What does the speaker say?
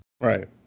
Right